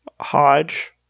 Hodge